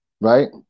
Right